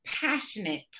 passionate